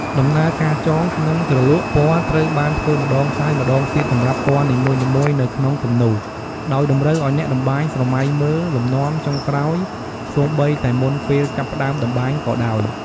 ដំណើរការចង និងជ្រលក់ពណ៌ត្រូវបានធ្វើម្តងហើយម្តងទៀតសម្រាប់ពណ៌នីមួយៗនៅក្នុងគំនូរ ដោយតម្រូវឱ្យអ្នកតម្បាញស្រមៃមើលលំនាំចុងក្រោយសូម្បីតែមុនពេលចាប់ផ្តើមតម្បាញក៏ដោយ។